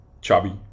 chubby